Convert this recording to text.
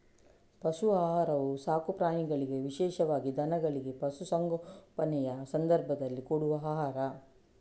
ಪಶು ಆಹಾರವು ಸಾಕು ಪ್ರಾಣಿಗಳಿಗೆ ವಿಶೇಷವಾಗಿ ದನಗಳಿಗೆ, ಪಶು ಸಂಗೋಪನೆಯ ಸಂದರ್ಭ ಕೊಡುವ ಆಹಾರ